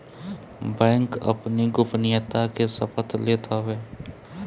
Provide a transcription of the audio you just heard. bank अपनी गोपनीयता के शपथ लेत हवे